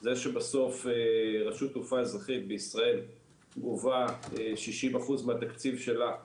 זה שבסוף רשות תעופה אזרחית בישראל גובה 60% מהתקציב שלה מאגרות,